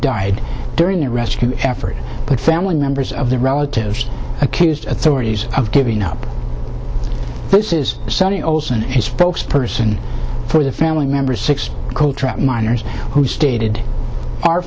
died during the rescue effort but family members of the relatives accused authorities of giving up this is sudden olson a spokesperson for the family members six coal miners who stated our